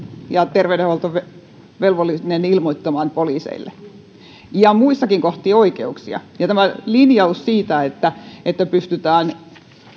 ja terveydenhuolto velvollisia ilmoittamaan poliiseille ja muissakin kohdin oikeuksia tämä linjaus siitä että että pystytään